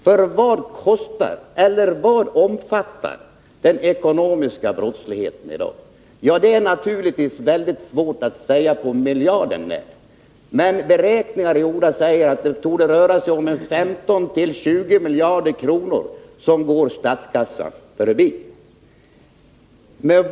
Hur stora belopp omfattar den ekonomiska brottsligheten i dag? Det är naturligtvis väldigt svårt att säga detta på miljarden när. Men gjorda beräkningar visar att 15-20 miljarder kronor går statskassan förbi.